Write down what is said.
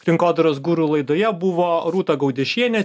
rinkodaros guru laidoje buvo rūta gaudiešienė